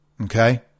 Okay